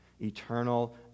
eternal